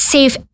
Save